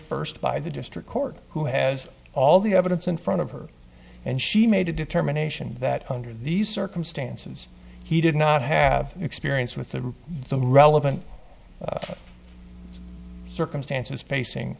first by the district court who has all the evidence in front of her and she made a determination that under these circumstances he did not have experience with the relevant circumstances facing